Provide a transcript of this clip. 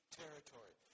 territory